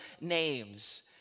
names